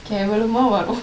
கேவளமா வரும்:kevalamaa varum